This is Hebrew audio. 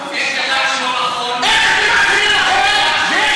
החיילים צילמו אותה כשהיא מופשטת.